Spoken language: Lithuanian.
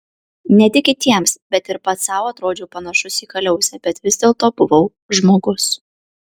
ne tik kitiems bet ir pats sau atrodžiau panašus į kaliausę bet vis dėlto buvau žmogus